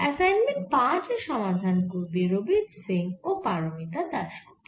assignment 5 এর সমাধান করবে রবীথ সিং ও পারমিতা দাসগুপ্ত